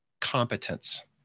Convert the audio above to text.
competence